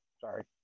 Sorry